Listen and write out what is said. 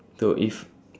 so if